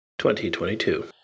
2022